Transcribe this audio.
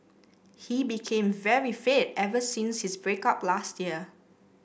he became very fit ever since his break up last year